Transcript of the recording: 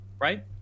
right